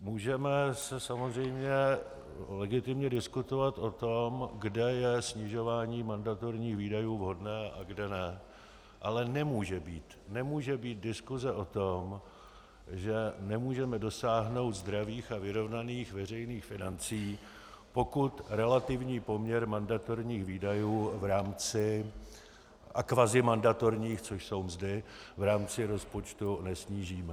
Můžeme samozřejmě legitimně diskutovat o tom, kde je snižování mandatorních výdajů vhodné a kde ne, ale nemůže být, nemůže být diskuse o tom, že nemůžeme dosáhnout zdravých a vyrovnaných veřejných financí, pokud relativní poměr mandatorních výdajů a kvazimandatorních, což jsou mzdy, v rámci rozpočtu nesnížíme.